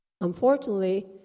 Unfortunately